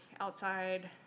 outside